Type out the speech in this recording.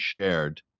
shared